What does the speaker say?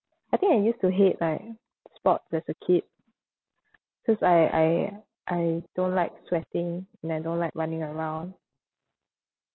I think I used to hate like sports as a kid cause I I I don't like sweating and I don't like running around